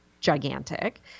gigantic